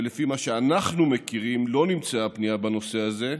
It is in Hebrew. ולפי מה שאנחנו מכירים לא נמצאה פנייה בנושא זה.